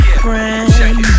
friend